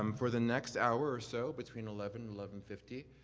um for the next hour or so between eleven, eleven fifty,